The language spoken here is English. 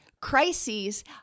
crises